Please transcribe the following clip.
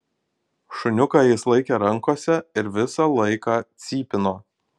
šuniuką jis laikė rankose ir visą laiką cypino